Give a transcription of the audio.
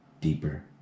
deeper